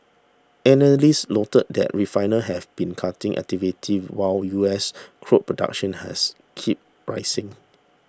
analysts noted that refiners have been cutting activity while U S crude production has keep rising